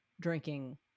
drinking